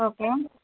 okay